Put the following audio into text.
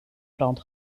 brand